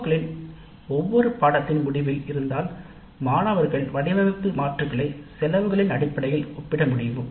க்களில் ஒன்று பாடநெறியின் முடிவில் இருந்தால் மாணவர்கள் வடிவமைப்பு மாற்றுகளை அடிப்படையாகக் கொண்டு ஒப்பிட முடியும்